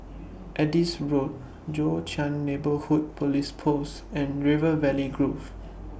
Adis Road Joo Chiat Neighbourhood Police Post and River Valley Grove